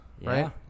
Right